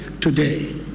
today